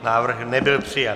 Návrh nebyl přijat.